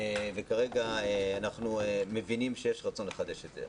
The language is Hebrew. וכרגע אנחנו מבינים שיש רצון לחדש את זה.